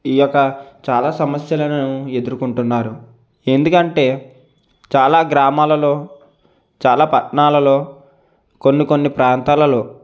ఈ యొక్క చాలా సమస్యలను ఎదురుకొంటున్నారు ఎందుకంటే చాలా గ్రామాలలో చాలా పట్టణాలలో కొన్ని కొన్ని ప్రాంతాలలో